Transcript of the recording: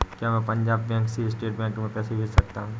क्या मैं पंजाब बैंक से स्टेट बैंक में पैसे भेज सकता हूँ?